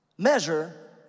measure